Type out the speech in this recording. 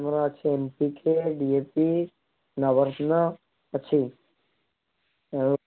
ଆମର ଅଛି M C K B A C Nagarjuna ଅଛି ଆଉ